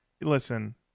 listen